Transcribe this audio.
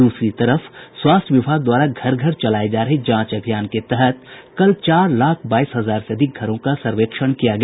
दूसरी तरफ स्वास्थ्य विभाग द्वारा घर घर चलाये जा रहे जांच अभियान के तहत कल चार लाख बाईस हजार से अधिक घरों का सर्वेक्षण किया गया